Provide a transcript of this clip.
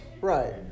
Right